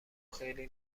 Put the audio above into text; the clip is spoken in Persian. خیلی